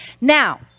Now